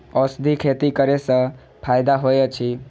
औषधि खेती करे स फायदा होय अछि?